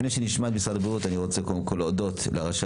לפני שנשמע את משרד הבריאות אני רוצה קודם כל להודות לראשי